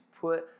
put